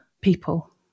people